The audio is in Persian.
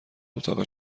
اتاق